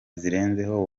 zirenzeho